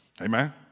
Amen